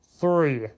Three